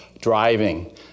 driving